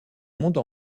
monde